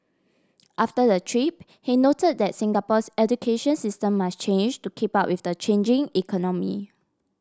after the trip he noted that Singapore's education system must change to keep up with the changing economy